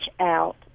out